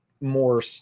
more